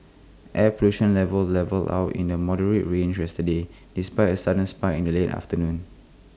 air pollution levels levelled out in the moderate range yesterday despite A sudden spike in the late afternoon